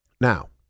Now